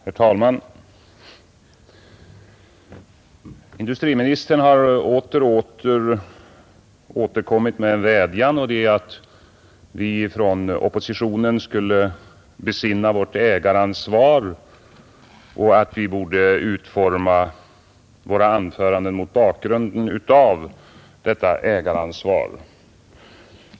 Herr talman! Industriministern har åter och åter riktat en vädjan till oppositionen — att vi skulle besinna vårt ägaransvar och att vi borde utforma våra anföranden mot bakgrunden av detta ägaransvar.